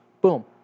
boom